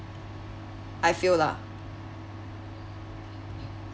I feel lah